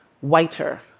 whiter